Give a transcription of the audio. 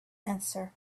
answer